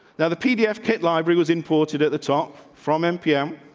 now, the pdf kit library was imported at the top from mpm.